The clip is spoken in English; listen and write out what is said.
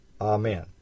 Amen